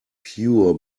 pure